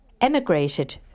emigrated